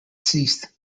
ceased